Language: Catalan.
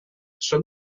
són